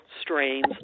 strains